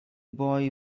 boy